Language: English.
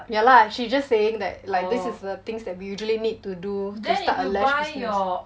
yeah lah she just saying that like this is the things that we usually need to do to start a lash business